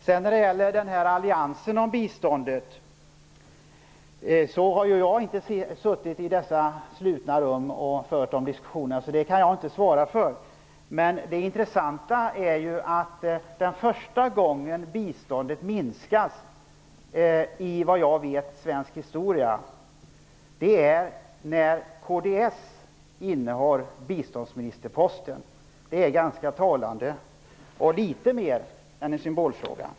När det sedan gäller den här alliansen om biståndet har jag inte suttit i dessa slutna rum och fört några diskussioner, så det kan jag inte svara för. Men det intressanta är att första gången som biståndet minskade i, såvitt jag vet, svensk historia var när kds innehade biståndsministerposten. Det är ganska talande och litet mer än en symbolfråga.